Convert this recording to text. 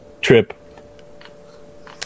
trip